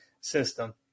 system